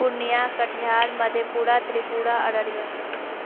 Purnia Katihar Madhepura Tripura Araria